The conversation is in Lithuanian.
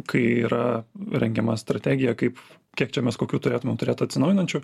kai yra rengiama strategija kaip kiek čia mes kokių turėtumėm turėt atsinaujinančių